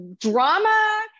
drama